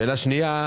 שאלה שנייה.